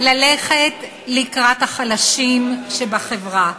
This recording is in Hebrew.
ללכת לקראת החלשים שבחברה.